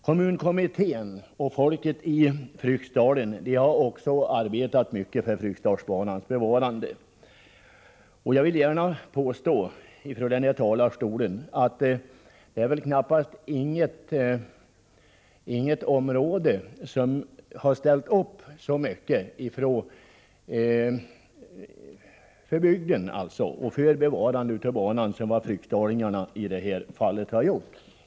Kommunkommittén och folket i Fryksdalen har också arbetat mycket för Fryksdalsbanans bevarande. Jag vill gärna påstå från den här talarstolen att det knappast finns något annat område där man har ställt upp så mycket för bygden och för bevarande av en bana som fryksdalingarna i det här fallet har gjort.